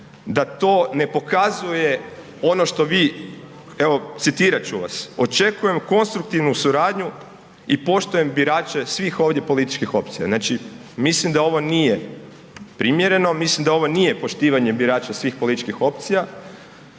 da to ne pokazuje ono što vi, evo citirat ću vas „očekujem konstruktivnu suradnju i poštujem birače svih ovdje političkih opcija“. Znači, mislim da ovo nije primjereno, mislim da ovo nije poštivanje birača svih političkih opcija